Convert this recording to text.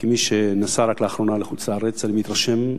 כמי שנסע רק לאחרונה לחוץ-לארץ אני מתרשם,